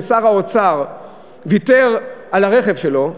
ששר האוצר ויתר על הרכב שלו,